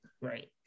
Right